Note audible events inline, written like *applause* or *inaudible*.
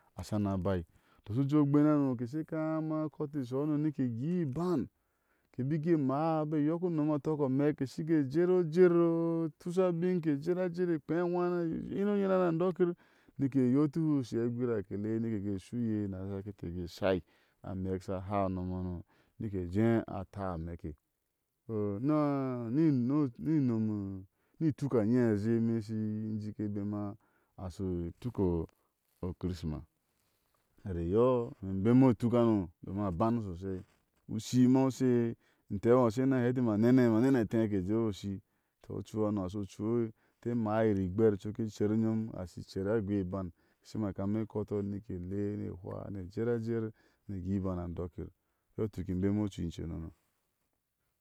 *unintelligible* Ushi u jé ogbén hano, ke she kama a kóti ishɔano mike gui ibam. kebik emmaa ke jé yok unom a tɔ amɛk ke shi ge her o jer o, tushabin ke jer a jer ke kpea nuhár ni e nyiro nyirá ni an dokir, nike yoti hu ushe a gwira akele ni ke ge shu iiye nasar ke té ke ge shai ame sha ha unom hano nike ke jé a taa a améke tɔ ni a na nome, ni ituka nyea a zhei e ime ishi jike ebema a shoi tuk o kiri sima hare eyɔ ime ebemi ituk hano, domin a ban so sai. ushi ma usheye. ntɛ iŋo ashei ni a hɛti ma nene manene atei nike jeyi ushi tɔ ocu hano, a shi ocui, te maa yir igber coki icer nyom ashi icer a gui iban shema ha kami ekotɔ ni ke lenie hwa, ni jer a jer ni e gui iban a andokir iyɔtuk ime ebema ocui iconono.